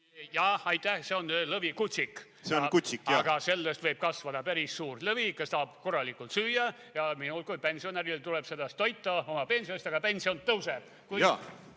Jaah, aitäh! See on lõvikutsik. See on kutsik, jah. Aga sellest võib kasvada päris suur lõvi, kes tahab korralikult süüa. Ja minul kui pensionäril tuleb teda siis toita oma pensionist, aga pension tõuseb. Aga